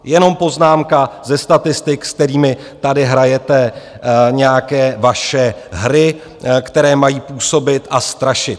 Jenom poznámka ze statistik, s kterými tady hrajete nějaké vaše hry, které mají působit a strašit.